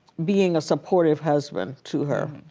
being a supportive husband to her.